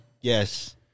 Yes